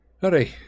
Hurry